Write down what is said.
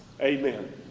Amen